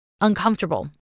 uncomfortable